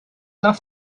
love